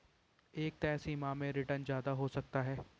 एक तय समय में रीटर्न ज्यादा हो सकता है